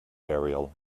burial